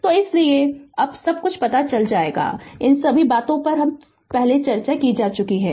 तो इसीलिए अब सब कुछ पता चल जाएगा इन सभी बातों पर पहले चर्चा की जा चुकी है